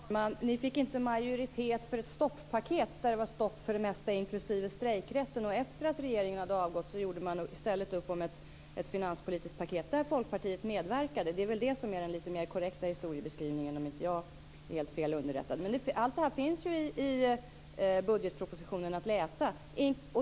Herr talman! Ni fick inte majoritet för ett stoppaket, där det var stopp för det mesta, inklusive strejkrätten. Efter det att regeringen hade avgått gjorde man i stället upp om ett finanspolitiskt paket, där Folkpartiet medverkade. Det är väl en mer korrekt historieskrivning, om jag inte är helt felunderrättad. Allt det här finns att läsa i budgetpropositionen.